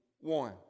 one